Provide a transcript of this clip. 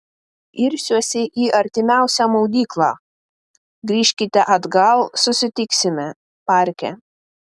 irsiuosi į artimiausią maudyklą grįžkite atgal susitiksime parke